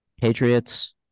Patriots